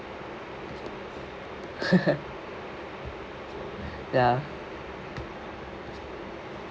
ya